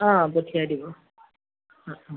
অ পঠিয়াই দিব